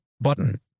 button